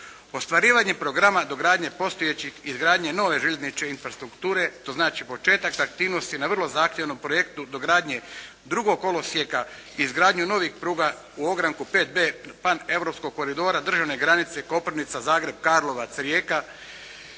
Ostvarivanje programa dogradnje postojećih, izgradnje nove željezničke infrastrukture, to znači početak aktivnosti na vrlo zahtjevnom projektu dogradnje drugog kolosijeka i izgradnju novih pruga u ogranku 5d, PAN europskog koridora, državne granice Koprivnica-Zagreb-Karlovac-Rijeka,